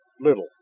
little